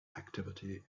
activity